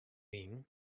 wyn